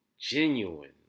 genuine